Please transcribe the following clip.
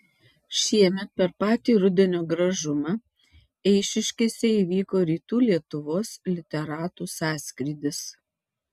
šiemet per patį rudenio gražumą eišiškėse įvyko rytų lietuvos literatų sąskrydis